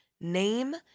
name